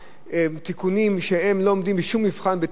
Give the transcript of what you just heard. תיקונים שלא עומדים בשום מבחן בטיחותי.